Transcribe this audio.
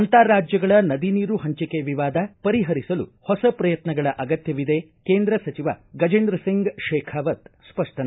ಅಂತಾರಾಜ್ಗಗಳ ನದಿ ನೀರು ಪಂಚಿಕೆ ವಿವಾದ ಪರಿಹರಿಸಲು ಹೊಸ ಪ್ರಯತ್ನಗಳ ಅಗತ್ನವಿದೆ ಕೇಂದ್ರ ಸಚಿವ ಗಜೇಂದ್ರಸಿಂಗ್ ಶೇಖಾವತ್ ಸ್ಪಷ್ಟನೆ